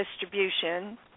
distribution